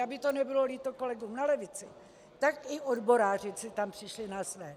Aby to nebylo líto kolegům na levici, tak i odboráři si tam přišli na své.